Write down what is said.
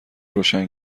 روشن